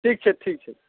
ठीक छै ठीक छै